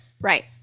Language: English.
Right